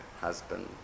husband